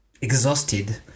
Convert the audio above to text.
exhausted